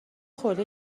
خورده